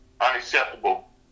unacceptable